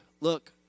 look